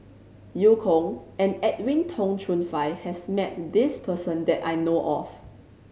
Eu Kong and Edwin Tong Chun Fai has met this person that I know of